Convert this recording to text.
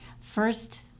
First